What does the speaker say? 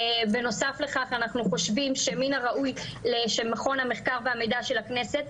בנוסף לכך אנחנו חושבים שמן הראוי שמכון המחקר והמידע של הכנסת,